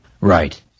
Right